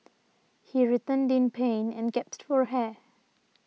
he writhed in pain and gasped for air